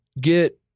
get